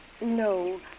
No